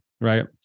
Right